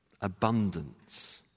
Abundance